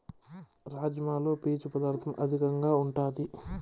రాజ్మాలో పీచు పదార్ధం అధికంగా ఉంటాది